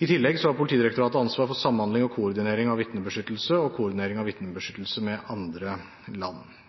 I tillegg har Politidirektoratet ansvar for samhandling og koordinering av vitnebeskyttelse og koordinering av vitnebeskyttelse med andre land.